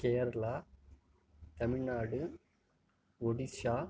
Kerala Tamil Nadu Odisha